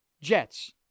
Jets